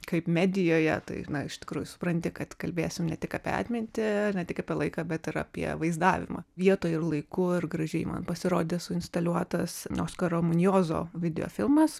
kaip medijoje tai iš tikrųjų supranti kad kalbėsim ne tik apie atmintį ne tik apie laiką bet ir apie vaizdavimą vietoj ir laiku ir gražiai man pasirodė suinstaliuotas nors karomunjozo videofilmas